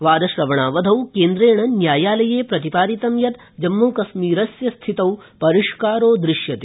वादश्रवणावधौ केन्द्रेण न्यायालये प्रतिपादितं यत् जम्मूकश्मीरस्य स्थितौ परिष्कारो दृश्यते